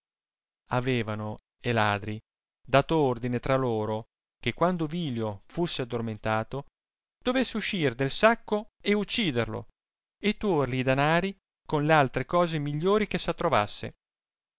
avevano e ladri dato ordine tra loro che quando vilio fusse addormentato dovesse uscir del sacco e ucciderlo e tuorli i danari con l'altre cose migliori